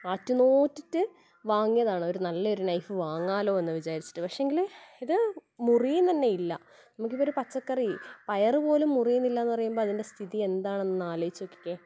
ആറ്റ് നോറ്റിട്ട് വാങ്ങിയതാണ് ഒരു നല്ല ഒരു നൈഫ് വാങ്ങാമല്ലൊ എന്ന് വിചാരിച്ചിട്ട് പക്ഷേങ്കില് ഇത് മുറിയുന്ന് തന്നെ ഇല്ല നമുക്കിപ്പം ഒരു പച്ചക്കറി പയറ് പോലും മുറിയുന്നില്ലാന്ന് പറയുമ്പോൾ അതിൻ്റെ സ്ഥിതി എന്താണെന്നൊന്ന് ആലോചിച്ച് നോക്കിക്കേ